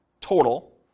total